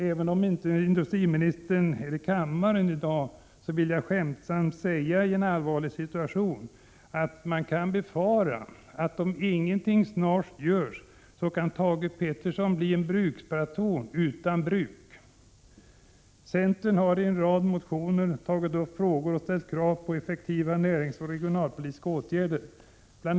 Även om industriministern inte är närvarande i kammaren i dag vill jag trots den allvarliga situationen skämtsamt säga att man kan befara, att om ingenting görs snart, kan Thage G. Peterson bli en brukspatron utan bruk. Centern har i en rad motioner ställt krav på effektiva näringsoch regionalpolitiska åtgärder. Bl.